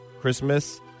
Christmas